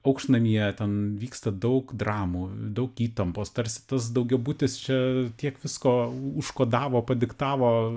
aukštnamyje ten vyksta daug dramų daug įtampos tarsi tas daugiabutis čia tiek visko užkodavo padiktavo